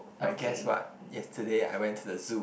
but guess what yesterday I went to the zoo